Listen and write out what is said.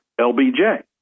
LBJ